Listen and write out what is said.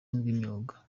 imyuga